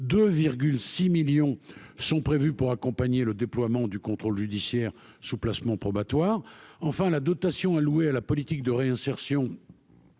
6 millions sont prévus pour accompagner le déploiement du contrôle judiciaire sous placement probatoire enfin la dotation allouée à la politique de réinsertion